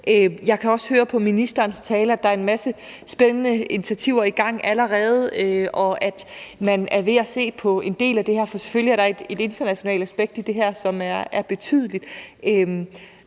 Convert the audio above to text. Jeg kan også høre på ministerens tale, at der er en masse spændende initiativer i gang allerede, og at man er ved at se på en del af det her, for selvfølgelig er der et internationalt aspekt i det, som er betydeligt.